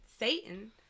Satan